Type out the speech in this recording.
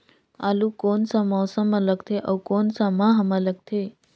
आलू कोन सा मौसम मां लगथे अउ कोन सा माह मां लगथे?